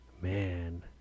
man